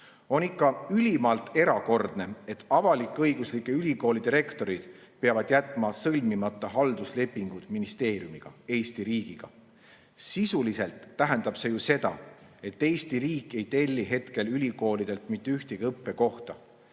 On ikka ülimalt erakordne, et avalik-õiguslike ülikoolide rektorid peavad jätma sõlmimata halduslepingud ministeeriumiga, Eesti riigiga. Sisuliselt tähendab see ju seda, et Eesti riik ei telli ülikoolidelt mitte ühtegi õppekohta.